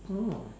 oh